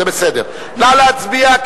נא להצביע,